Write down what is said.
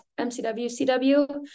MCWCW